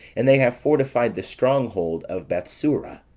and they have fortified the strong hold of bethsura